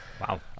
Wow